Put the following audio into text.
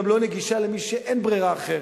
גם לא נגישה למי שאין ברירה אחרת.